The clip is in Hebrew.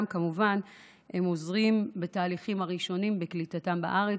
הם גם כמובן עוזרים בתהליכים הראשונים של קליטתם בארץ.